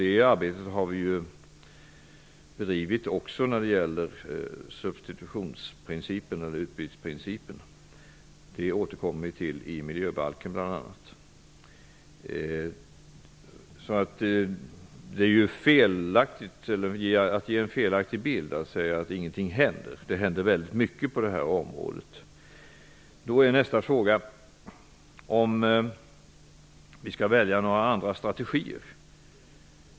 Det arbetet har vi bedrivit också när det gäller substitutionsprincipen eller utbytesprincipen, och den återkommer vi till i bl.a. Det är att ge en felaktig bild att säga att det inte händer någonting. Det händer väldigt mycket på det här området. Då är nästa fråga om vi skall välja några andra strategier.